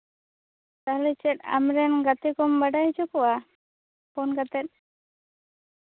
ᱛᱟᱦᱞᱮ ᱪᱮᱫ ᱟᱢᱨᱮᱱ ᱜᱟᱛᱮ ᱠᱚᱢ ᱵᱟᱲᱟᱭ ᱦᱚᱪᱚ ᱠᱚᱣᱟ ᱯᱷᱳᱱ ᱠᱟᱛᱮᱫ